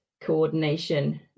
coordination